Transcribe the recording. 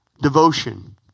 Devotion